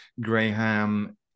graham